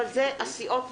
אבל זה הסיעות מחליטות.